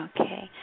Okay